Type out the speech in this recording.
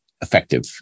effective